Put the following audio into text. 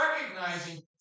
recognizing